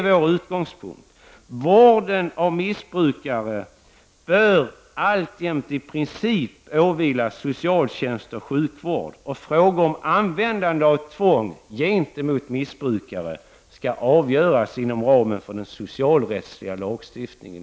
Vården av missbrukare bör alltså i princip åvila socialtjänsten och sjukvården. Frågor om användningen av tvång gentemot missbrukare skall huvudsakligen avgöras inom ramen för den socialrättsliga lagstiftningen.